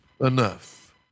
enough